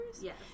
Yes